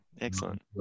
Excellent